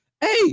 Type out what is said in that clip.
Hey